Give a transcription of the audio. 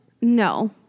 No